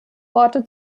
worte